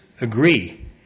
agree